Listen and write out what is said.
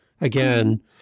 Again